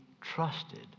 trusted